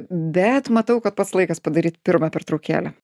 bet matau kad pats laikas padaryti pirmą pertraukėlę